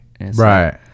Right